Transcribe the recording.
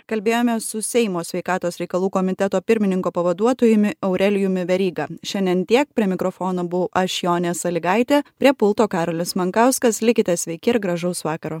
kalbėjomės su seimo sveikatos reikalų komiteto pirmininko pavaduotojumi aurelijumi veryga šiandien tiek prie mikrofono buvau aš jonė salygaitė prie pulto karolis mankauskas likite sveiki ir gražaus vakaro